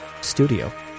studio